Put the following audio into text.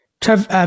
Trev